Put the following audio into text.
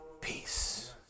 peace